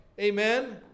Amen